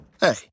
Hey